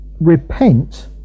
repent